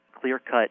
clear-cut